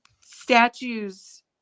statues